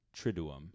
Triduum